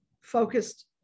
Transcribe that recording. focused